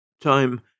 Time